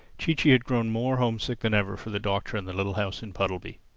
chee-chee had grown more homesick than ever for the doctor and the little house in puddleby.